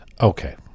Okay